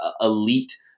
elite